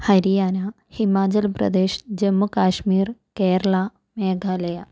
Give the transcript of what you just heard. Haryana Himachal Pradesh Jammu Kashmir Keralam Meghalaya